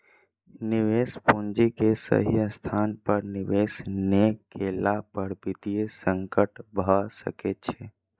निवेश पूंजी के सही स्थान पर निवेश नै केला पर वित्तीय संकट भ सकै छै